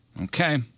Okay